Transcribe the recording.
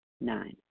Nine